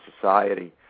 society